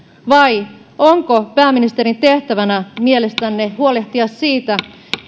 vai onko pääministerin tehtävänä mielestänne huolehtia siitä